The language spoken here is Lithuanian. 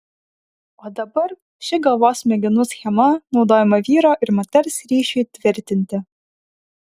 o dabar ši galvos smegenų schema naudojama vyro ir moters ryšiui tvirtinti